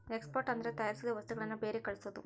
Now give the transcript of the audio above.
export ಅಂದ್ರೆ ತಯಾರಿಸಿದ ವಸ್ತುಗಳನ್ನು ಬೇರೆ ಕಳ್ಸೋದು